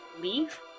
leave